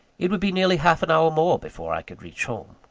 it would be nearly half-an-hour more before i could reach home.